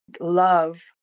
love